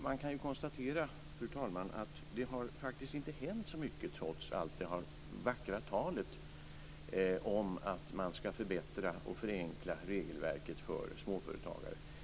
Man kan, fru talman, konstatera att det faktiskt inte har hänt så mycket trots allt det vackra talet om att man ska förbättra och förenkla regelverket för småföretagare.